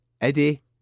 Eddie